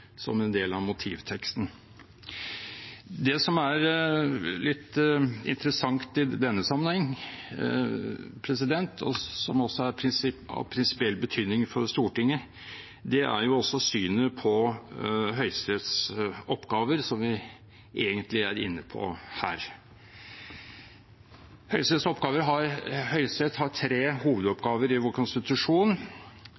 som en del av motivteksten. Det som er litt interessant i denne sammenheng, og som også er av prinsipiell betydning for Stortinget, er synet på Høyesteretts oppgaver, som vi egentlig er inne på her. Høyesterett har tre hovedoppgaver i vår konstitusjon: De skal sørge for rettsenhet i landet, dvs. at de har